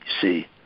see